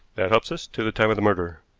that helps us to the time of the murder.